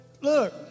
look